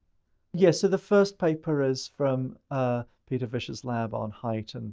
yeah so, the first paper is from ah peter visscher's lab on height. and